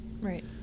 Right